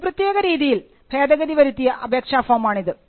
ഒരു പ്രത്യേക തീയതിയിൽ ഭേദഗതി വരുത്തിയ അപേക്ഷ ഫോമാണിത്